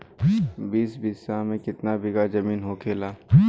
बीस बिस्सा में कितना बिघा जमीन होखेला?